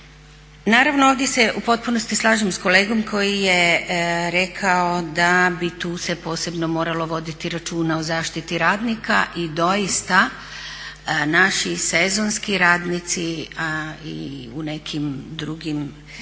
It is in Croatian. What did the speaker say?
Naravno ovdje se u potpunosti slažem s kolegom koji je rekao da bi tu se posebno moralo voditi računa o zaštiti radnika i doista naši sezonski radnici i u nekim drugim